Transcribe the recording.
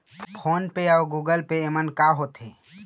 Phone पे अउ Google pay येमन का होते?